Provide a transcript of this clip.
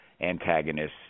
antagonists